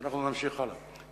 ואנחנו נמשיך הלאה.